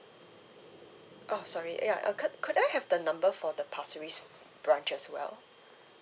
oh sorry uh ya uh could could I have the number for the pasir ris branch as well